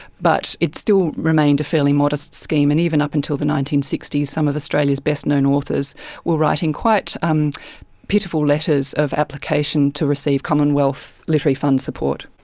but it still remained a fairly modest scheme, and even up until the nineteen sixty s some of australia's best known authors were writing quite um pitiful letters of application to receive commonwealth literary fund support.